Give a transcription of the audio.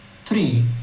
Three